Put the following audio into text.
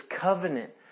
covenant